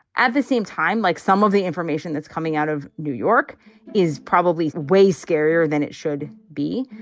at the same time, like some of the information that's coming out of new york is probably way scarier than it should be,